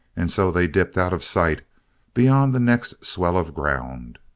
and so they dipped out of sight beyond the next swell of ground.